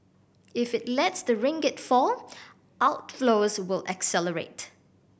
if it lets the ringgit fall outflows will accelerate